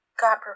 God